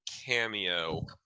cameo